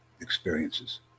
experiences